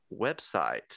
website